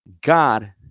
God